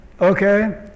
okay